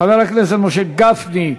חבר הכנסת משה גפני,